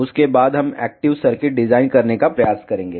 उसके बाद हम एक्टिव सर्किट डिजाइन करने का प्रयास करेंगे